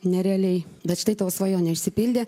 nerealiai bet štai tavo svajonė išsipildė